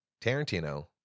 Tarantino